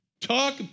Talk